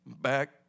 Back